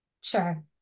Sure